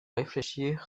réfléchir